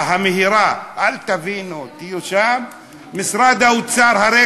גברתי היושבת-ראש,